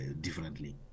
differently